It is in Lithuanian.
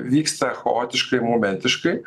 vyksta chaotiškai momentiškai